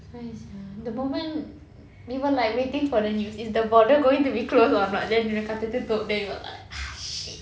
that's why sia the moment we were like waiting for the news is the border going to be closed or not but then bila kata tutup then we were like ah shit